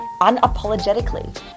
unapologetically